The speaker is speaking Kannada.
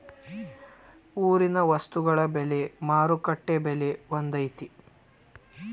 ಊರಿನ ವಸ್ತುಗಳ ಬೆಲೆ ಮಾರುಕಟ್ಟೆ ಬೆಲೆ ಒಂದ್ ಐತಿ?